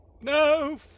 No